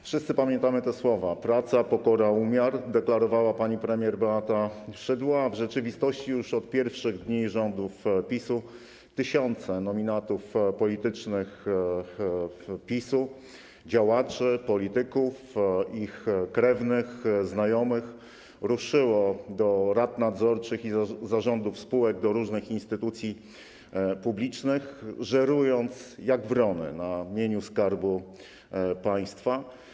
Wszyscy pamiętamy te słowa: praca, pokora, umiar - deklarowała pani premier Beata Szydło, a w rzeczywistości już od pierwszych dni rządów PiS-u tysiące nominatów politycznych PiS-u, działaczy, polityków, ich krewnych, znajomych ruszyło do rad nadzorczych i zarządów spółek, do różnych instytucji publicznych, żerując jak wrony na mieniu Skarbu Państwa.